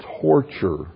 torture